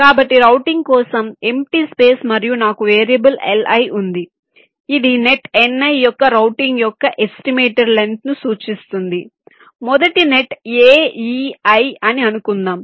కాబట్టి రౌటింగ్ కోసం empty space మరియు నాకు వేరియబుల్ Li ఉంది ఇది నెట్ Ni యొక్క రౌటింగ్ యొక్క ఎస్టిమేటెడ్ లెంగ్త్ ను సూచిస్తుంది మొదటి నెట్ a e i అని అనుకుందాం